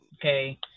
okay